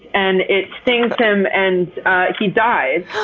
and it stings him, and he dies,